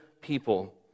people